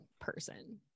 person